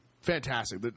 Fantastic